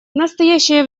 настоящее